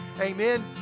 Amen